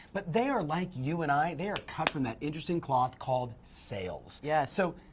but they are like you and i, they are cut from that interesting cloth called sales. yes. so,